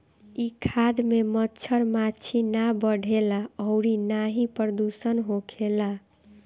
इ खाद में मच्छर माछी ना बढ़ेला अउरी ना ही प्रदुषण होखेला